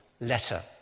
letter